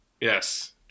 Yes